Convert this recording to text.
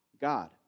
God